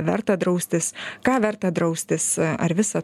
verta draustis ką verta draustis ar visą